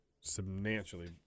substantially